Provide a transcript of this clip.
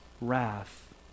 wrath